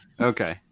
Okay